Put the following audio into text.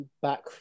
back